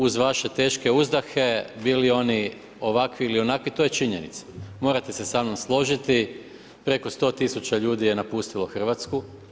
Uz vaše teške uzdahe bili oni ovakvi ili onakvi, to je činjenica, morate se samnom složiti preko 100 tisuća ljudi je napustilo Hrvatsku.